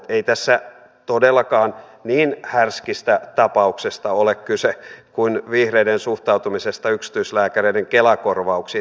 ei tässä todellakaan niin härskistä tapauksesta ole kyse kuin vihreiden suhtautumisesta yksityislääkäreiden kela korvauksiin